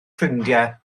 ffrindiau